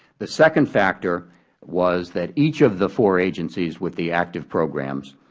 the second factor was that each of the four agencies with the active programs,